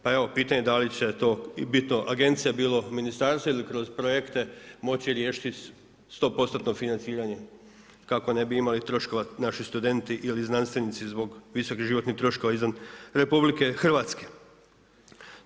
Pa evo pitanje da li će to agencija, bilo ministarstvo ili kroz projekte moći riješiti sto postotno financiranje kako ne bi imali troškova naši studenti ili znanstvenici zbog visokih životnih troškova izvan RH.